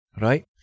right